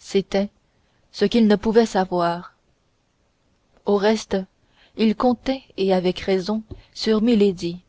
c'était ce qu'il ne pouvait savoir au reste il comptait et avec raison sur milady